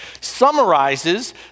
summarizes